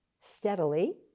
steadily